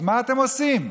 אז מה אתם עושים?